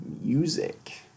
music